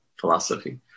philosophy